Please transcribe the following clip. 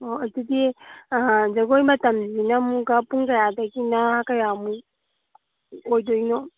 ꯑꯣ ꯑꯗꯨꯗꯤ ꯖꯒꯣꯏ ꯃꯇꯝꯁꯤꯅ ꯑꯃꯨꯛꯀ ꯄꯨꯡ ꯀꯌꯥꯗꯒꯤꯅ ꯀꯌꯥꯃꯨꯛ ꯑꯣꯏꯗꯣꯏꯅꯣ